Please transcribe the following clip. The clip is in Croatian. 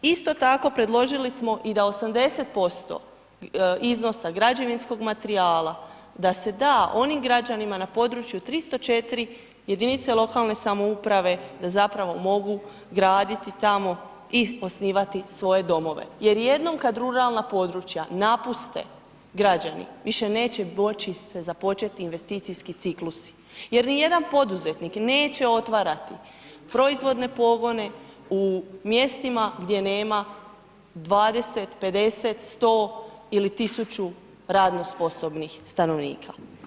Isto tako predložili smo i da 80% iznosa građevinskog materijala, da se da onim građanima na području 304 jedinice lokalne samouprave da zapravo mogu graditi tamo i osnivati svoje domove, jer jednom kad ruralna područja napuste građani više neće moći se započeti investicijski ciklusi, jer ni jedan poduzetnik neće otvarati proizvodne pogone u mjestima gdje nema 20-50-100 ili 1000 radno sposobnih stanovnika.